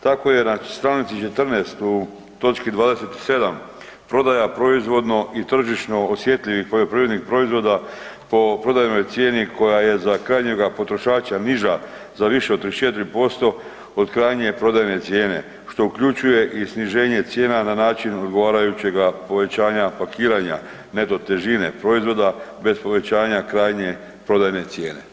Tako je na stranici 14 u točki 27 prodaja proizvodno i tržišno osjetljivih poljoprivrednih proizvoda po prodajnoj cijeni koja je za krajnjega potrošača niža za više od 34% od krajnje prodajne cijene, što uključuje i sniženje cijena na način odgovarajućega povećanja pakiranja neto težine proizvoda bez povećanja krajnje prodajne cijene.